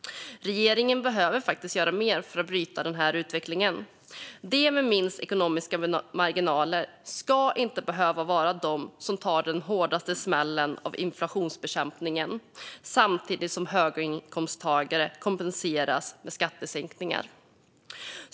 Regeringen behöver göra mer för att bryta denna utveckling. De som har minst ekonomiska marginaler ska inte behöva ta den hårdaste smällen av inflationsbekämpningen samtidigt som höginkomsttagare kompenseras med skattesänkningar.